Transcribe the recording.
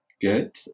good